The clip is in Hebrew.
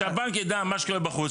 שהבנק ידע מה שקורה בחוץ,